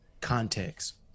context